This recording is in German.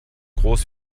groß